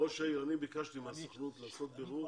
אני ביקשתי מהסוכנות לעשות בירור